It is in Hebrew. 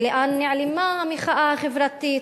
ולאן נעלמה המחאה החברתית?